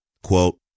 Quote